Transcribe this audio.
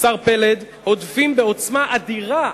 השר פלד, בעוצמה אדירה,